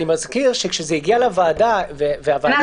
אני מזכיר שכאשר זה הגיע לוועדה --- גור,